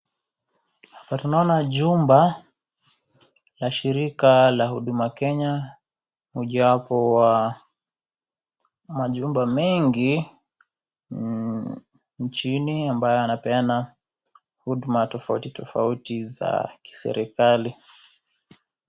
Hapa tunaona jumba la shirika la Huduma Kenya, mojawapo wa majumba mengi nchini ambayo yanapeana huduma tofauti tofauti za kiserikari.